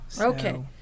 Okay